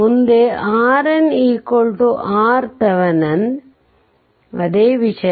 ಮುಂದೆ RN RTheveninಅದೇ ವಿಷಯ